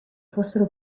fossero